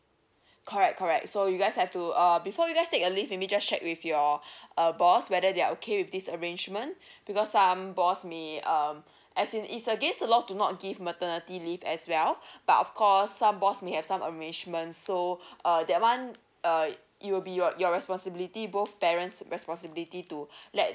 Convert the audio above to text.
correct correct so you guys have to err before you guys take a leave maybe just check with your uh boss whether they are okay with this arrangement because some boss may um as in it's against the law to not give maternity leave as well but of course some boss may have some arrangement so uh that one uh it will be your your responsibility both parents responsibility to let